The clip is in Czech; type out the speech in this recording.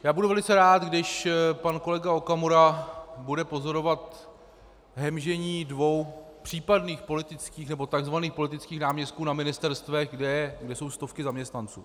Já budu velice rád, když pan kolega Okamura bude pozorovat hemžení dvou případných politických, nebo tzv. politických náměstků na ministerstvech, kde jsou stovky zaměstnanců.